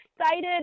excited